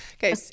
Okay